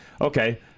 okay